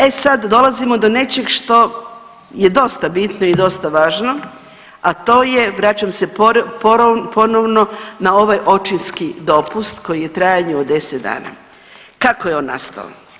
E sad dolazimo do nečeg što je dosta bitno i dosta važno, a to je vraćam se ponovno na ovaj očinski dopust koji je u trajanju od 10 dana, kako je on nastao?